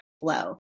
flow